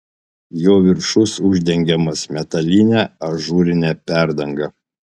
jo viršus uždengiamas metaline ažūrine perdanga